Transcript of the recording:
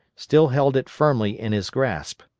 still held it firmly in his grasp.